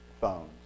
phones